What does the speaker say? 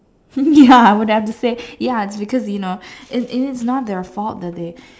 ya I would have to say ya it's because you know it and it's not their fault that they